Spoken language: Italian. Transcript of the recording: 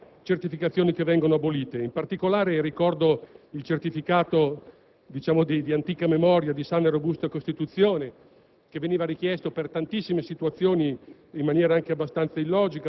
precedenti controlli. Sono circa 20 le certificazioni che verranno abolite. In particolare, ricordo il certificato, di antica memoria, di sana e robusta costituzione,